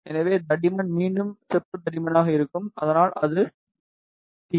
எனவே தடிமன் மீண்டும் செப்பு தடிமனாக இருக்கும் அதனால் அது டி